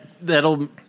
That'll